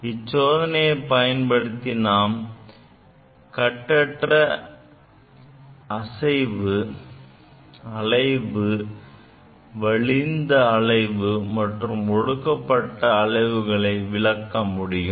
இச்சோதனையை பயன்படுத்தி கட்டற்ற அலைவு வலிந்த அலைவு மற்றும் ஒடுக்கப்பட்ட அலைவுகளை விளக்க முடியும்